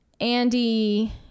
Andy